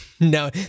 No